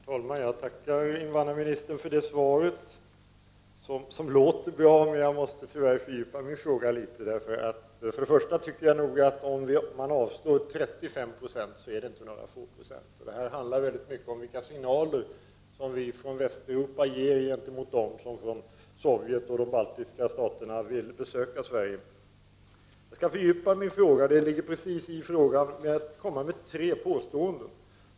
Herr talman! Jag tackar invandrarministern för det svaret. Det låter bra men jag måste tyvärr fördjupa mig litet i frågan. Först och främst anser jag att om man avslår 35 96 av ansökningarna är det inte fråga om några få procent. Det här handlar mycket om vilka signaler som vi i Västeuropa ger till dem i Sovjet och de baltiska staterna som vill besöka Sverige. Jag vill komma med tre påståenden.